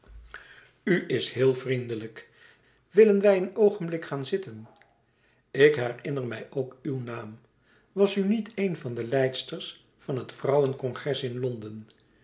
is heel vriendelijk willen wij een oogenblik gaan zitten ik herinner mij ook uw naam was u niet een van de leidsters van het vrouwencongres in londen